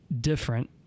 different